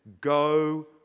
go